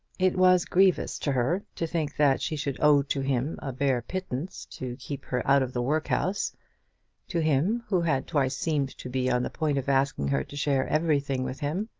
it was grievous to her to think that she should owe to him a bare pittance to keep her out of the workhouse to him who had twice seemed to be on the point of asking her to share everything with him.